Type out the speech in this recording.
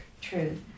truth